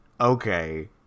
okay